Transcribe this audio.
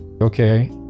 okay